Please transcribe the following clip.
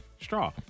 straw